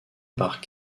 par